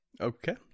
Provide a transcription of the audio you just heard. Okay